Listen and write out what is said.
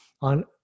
On